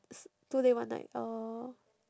two day one night oh